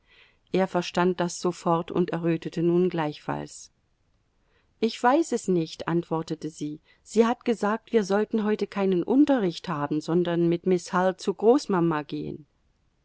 er verstand das sofort und errötete nun gleichfalls ich weiß es nicht antwortete sie sie hat gesagt wir sollten heute keinen unterricht haben sondern mit miß hull zu großmama gehen